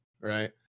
right